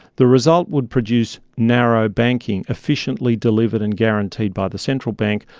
the result would produce narrow banking efficiently delivered and guaranteed by the central bank,